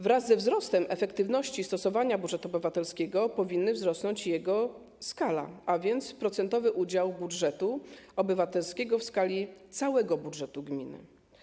Wraz ze wzrostem efektywności stosowania budżetu obywatelskiego powinna wzrosnąć jego skala, a więc procentowy udział budżetu obywatelskiego w skali całego budżetu gminy.